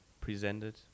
presented